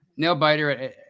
Nail-biter